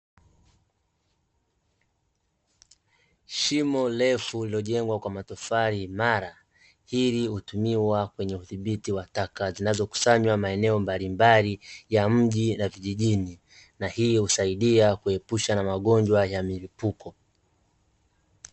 Shimo refu lililojengwa kwa matofali imara, hili hutumiwa kwenye udhiti wa taka zinazokusanywa maeneo mbalimbali ya mji na vijijini, na hii husaidia kuepusha na magonjwa ya milipuko.